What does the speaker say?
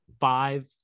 five